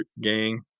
gang